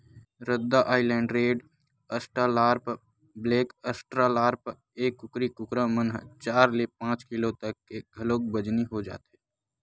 रद्दा island red, Australorp, black Australorp, ए कुकरी कुकरा मन ह चार ले पांच किलो तक के घलोक बजनी हो जाथे